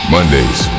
Mondays